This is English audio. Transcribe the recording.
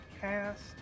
cast